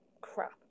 crap